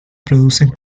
producen